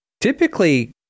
Typically